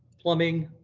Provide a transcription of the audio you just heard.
plumbing,